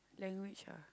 language ah